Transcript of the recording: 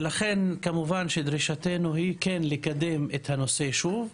ולכן, כמובן שדרישתנו היא כן לקדם את הנושא שוב.